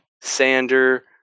Sander